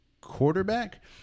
quarterback